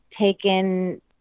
taken